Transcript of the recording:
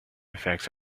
effects